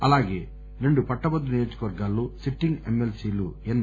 అలగే రెండు పట్ట భద్రుల నియోజక వర్గాల్లో సిట్టింగ్ ఎమ్మెల్సీలు ఎస్